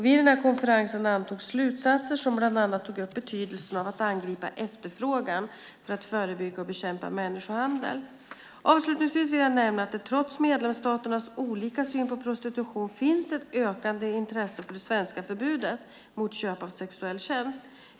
Vid konferensen antogs slutsatser som bland annat tog upp betydelsen av att angripa efterfrågan för att förebygga och bekämpa människohandel. Avslutningsvis vill jag nämna att det trots medlemsstaternas olika syn på prostitution finns ett ökande intresse för det svenska förbudet mot köp av sexuell tjänst.